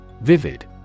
Vivid